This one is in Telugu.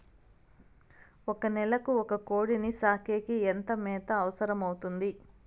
ఒక నెలకు ఒక కోడిని సాకేకి ఎంత మేత అవసరమవుతుంది?